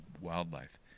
wildlife